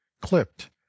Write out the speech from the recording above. clipped